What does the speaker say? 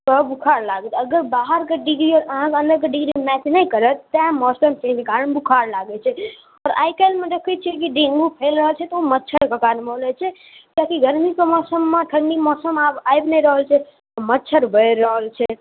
के बोखार लागत अगर बाहरके डिग्री आओर अहाँके अन्दरके डिग्रीसँ मैच नहि करत तऽ मौसम चेंजके कारण बोखार लागै छै आओर आइ काल्हिमे देखै छियै की डेंगू फैलि रहल छै तऽ उ मच्छरके कारण फैलै छै किएक कि गरमीके मौसममे ठण्डीके मौसम आब आबि नहि रहल छै मच्छर बढ़ि रहल छै